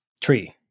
tree